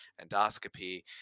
endoscopy